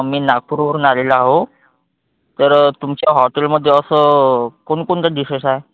मी नागपूरवरून आलेलो आहे तर तुमच्या हॉटेलमध्ये असं कोणकोणतं डीशेस आहे